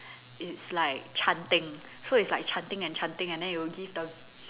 it's like chanting so is like chanting and chanting and then it'll give the